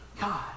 God